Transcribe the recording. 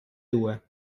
due